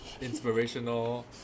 inspirational